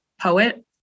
poet